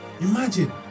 Imagine